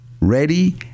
ready